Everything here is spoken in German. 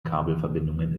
kabelverbindungen